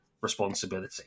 responsibility